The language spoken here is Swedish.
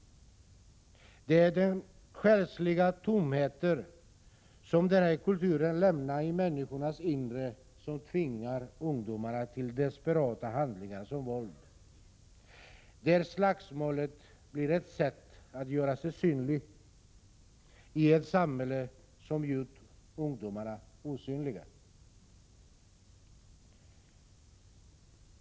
Det är den själsliga tomhet som den här kulturen lämnar i människornas inre som tvingar ungdomarna till desperata handlingar som våld, där slagsmålet blir ett sätt att göra sig synlig i ett samhälle som gjort ungdomarna osynliga.